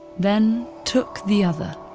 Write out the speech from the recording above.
then took the other,